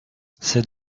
c’est